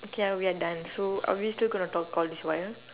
okay ya we are done so are we still gonna talk all this while